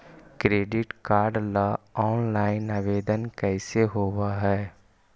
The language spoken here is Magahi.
क्रेडिट कार्ड ल औनलाइन आवेदन कैसे होब है?